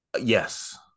Yes